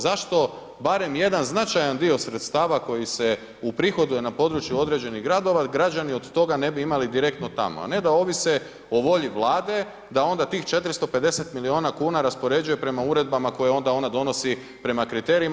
Zašto barem jedan značajan dio sredstava koji se uprihoduje na području određenih gradova građani od toga ne bi imali direktno tamo, a ne da ovise o volji Vlade da onda tih 450 milijuna kuna raspoređuje prema uredbama koje onda ona donosi prema kriterijima.